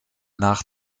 nach